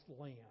land